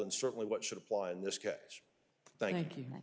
and certainly what should apply in this case thank you